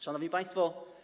Szanowni Państwo!